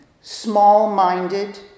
small-minded